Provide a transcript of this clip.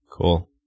Cool